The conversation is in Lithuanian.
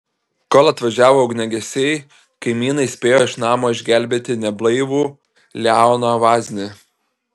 kol atvažiavo ugniagesiai kaimynai spėjo iš namo išgelbėti neblaivų leoną vaznį